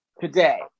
today